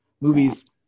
Movies